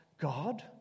God-